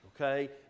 okay